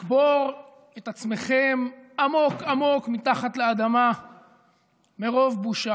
לקבור את עצמכם עמוק עמוק מתחת לאדמה מרוב בושה.